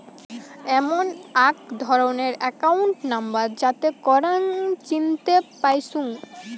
এমন আক ধরণের একাউন্ট নম্বর যাতে করাং চিনতে পাইচুঙ